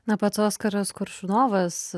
na pats oskaras koršunovas